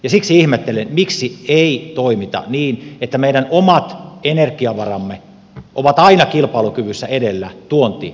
siksi ihmettelen miksi ei toimita niin että meidän omat energiavaramme ovat aina kilpailukyvyssä edellä tuontienergiaa